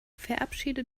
verabschiede